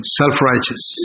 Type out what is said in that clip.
self-righteous